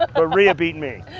ah ah ria beat me.